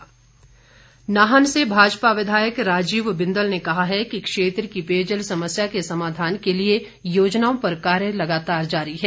बिंदल नाहन से भाजपा विधायक राजीव बिंदल ने कहा है कि क्षेत्र की पेयजल समस्या के समाधान के लिए योजनाओं पर कार्य लगातार जारी है